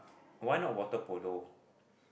why not water polo